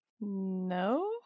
No